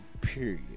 Period